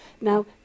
Now